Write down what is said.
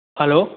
hello